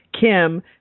Kim